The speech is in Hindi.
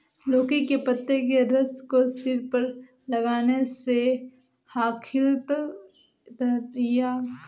लौकी के पत्ते के रस को सिर पर लगाने से खालित्य या गंजेपन में लाभ होता है